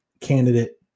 candidate